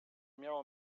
miało